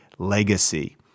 legacy